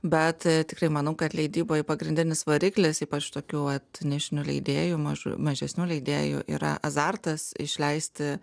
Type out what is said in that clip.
bet tikrai manau kad leidyboj pagrindinis variklis ypač tokių vat nišinių leidėjų mažų mažesnių leidėjų yra azartas išleisti